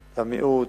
למיעוט,